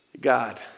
God